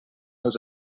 els